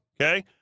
Okay